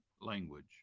language